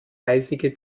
eisige